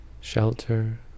shelter